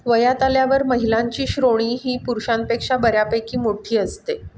वयात आल्यावर महिलांची श्रोणी ही पुरुषांपेक्षा बऱ्यापैकी मोठी असते